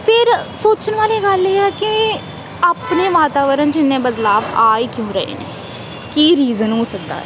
ਫਿਰ ਸੋਚਣ ਵਾਲੀ ਗੱਲ ਇਹ ਹੈ ਕਿ ਆਪਣੇ ਵਾਤਾਵਰਨ 'ਚ ਇੰਨੇ ਬਦਲਾਵ ਆ ਹੀ ਕਿਉਂ ਰਹੇ ਨੇ ਕੀ ਰੀਜ਼ਨ ਹੋ ਸਕਦਾ ਆ